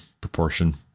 proportion